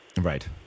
Right